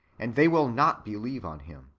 and they will not believe on him.